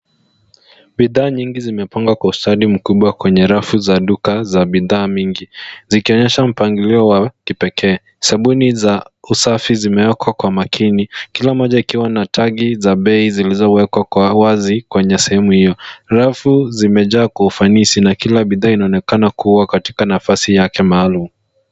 Bidhaa nyingi zimepangwa kwa ustadi mkubwa kwenye rafu za duka za bidhaa mingi, zikionyesha mpangilio wa kipekee. Sabuni za usafi zimewekwa kwa makini, kila mmoja ikiwa na tagi za bei zilizowekwa kwa wazi kwenye sehemu hio. Rafu zimejaa kwa ufanisi na kila bidhaa inaonekana kuwa katika nafasi yake maalum.